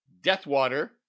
Deathwater